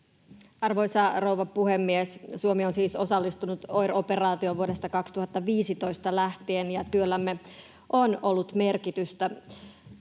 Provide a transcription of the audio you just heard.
Arvoisa rouva puhemies! Suomi on siis osallistunut OIR-operaatioon vuodesta 2015 lähtien, ja työllämme on ollut merkitystä